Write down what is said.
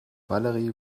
valerie